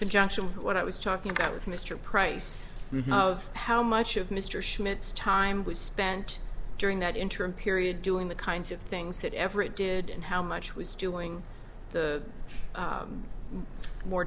conjunction with what i was talking about with mr price of how much of mr schmitz time was spent during that interim period doing the kinds of things that ever it did and how much was doing the more